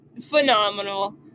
phenomenal